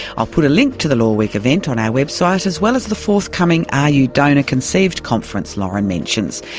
i'll put a link to the law week event on our website as well as the forthcoming are you donor conceived conference lauren mentions.